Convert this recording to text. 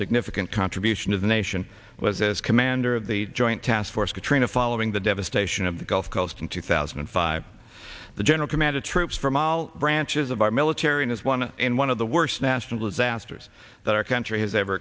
significant contribution to the nation was as commander of the joint task force katrina following the devastation of the gulf coast in two thousand and five the general commanded troops from all branches of our military has won in one of the worst nationalists asters that our country has ever